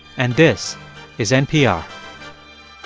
and this is npr